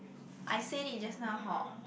I said it just now hor